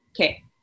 Okay